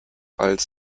als